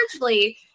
largely